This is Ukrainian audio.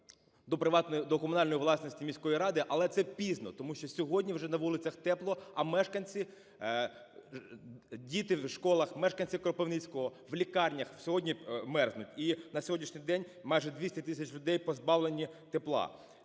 до комунальної власності міської ради, але це пізно, тому що сьогодні вже на вулицях тепло, а мешканці (діти в школах, мешканці Кропивницького в лікарнях) сьогодні мерзнуть. І на сьогоднішній день майже 200 тисяч людей позбавлені тепла.